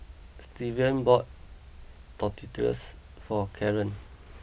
Stevan bought Tortillas for Kaaren